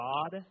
God